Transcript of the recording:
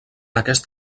aquest